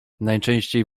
najczęściej